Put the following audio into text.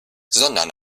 sondern